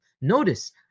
Notice